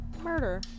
murder